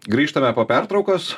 grįžtame po pertraukos